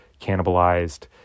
cannibalized